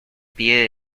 pie